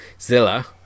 zilla